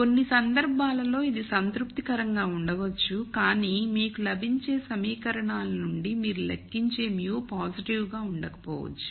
కొన్ని సందర్భాల్లో ఇది సంతృప్తికరంగా ఉండవచ్చు కానీ మీకు లభించే సమీకరణాల నుండి మీరు లెక్కించే μ పాజిటివ్ గా ఉండకపోవచ్చు